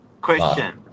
Question